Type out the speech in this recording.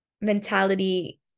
mentality